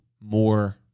more